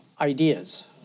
ideas